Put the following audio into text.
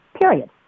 period